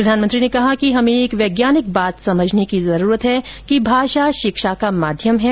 प्रधानमंत्री ने कहा कि हमें एक वैज्ञानिक बात समझने की जरूरत है कि भाषा शिक्षा को माध्यम है